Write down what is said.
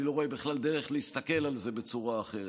אני לא רואה דרך להסתכל על זה בצורה אחרת.